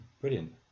brilliant